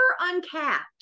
uncapped